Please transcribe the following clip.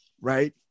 right